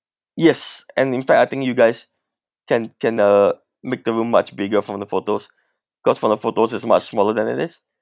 yes and in fact I think you guys can can uh make the room much bigger from the photos cause from the photos is much smaller than it is